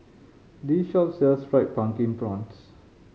this shop sells Fried Pumpkin Prawns